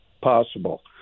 possible